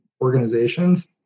organizations